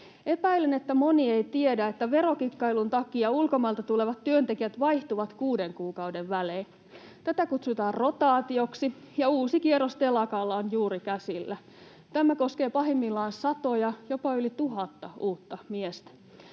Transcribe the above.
Epäilen, että moni ei tiedä, että verokikkailun takia ulkomailta tulevat työntekijät vaihtuvat kuuden kuukauden välein. Tätä kutsutaan rotaatioksi, ja uusi kierros telakalla on juuri käsillä. Tämä koskee pahimmillaan satoja, jopa yli tuhatta uutta miestä.